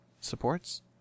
supports